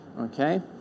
Okay